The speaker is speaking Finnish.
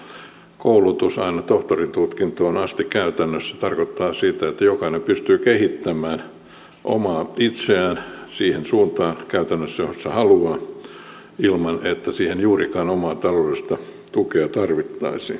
vapaa koulutus aina tohtorintutkintoon asti käytännössä tarkoittaa sitä että jokainen pystyy kehittämään omaa itseään käytännössä siihen suuntaan johon haluaa ilman että siihen juurikaan omaa taloudellista tukea tarvittaisiin